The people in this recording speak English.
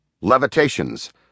Levitations